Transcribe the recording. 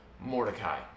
Mordecai